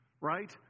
right